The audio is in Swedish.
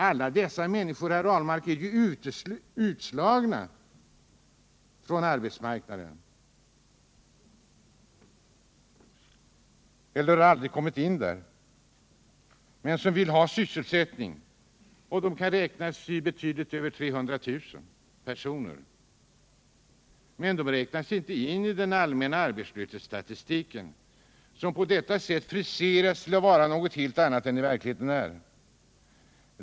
Alla dessa människor, herr Ahlmark, som är utslagna från arbetsmarknaden eller aldrig kommit in där, men som vill ha sysselsättning, kan i dag räknas i betydligt över 300 000 personer. Men de räknas inte in i den allmänna arbetslöshetsstatistiken, som på detta sätt friseras till att vara något helt annat än den i verkligheten är.